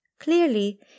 Clearly